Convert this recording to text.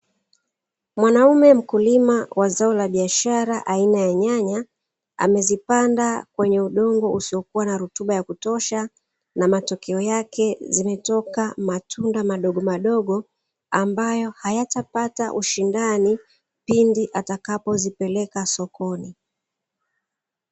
Mwanaume mkulima wa zao la biashara aina ya nyanya, amezipanda kwenye udongo usiokuwa na rutuba ya kutosha na matokeo yake zimetoka matunda madogo madogo, ambayo hayatapata ushindani pindi atakapozipeleka sokoni.